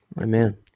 Amen